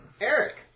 Eric